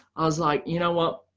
i was like, you know what,